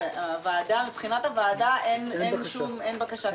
מבחינת הוועדה אין בקשה כזאת?